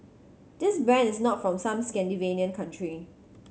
this brand is not from some Scandinavian country